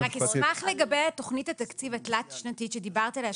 אשמח לגבי תוכנית התקציב התלת-שנתית שדיברת עליה,